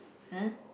!huh!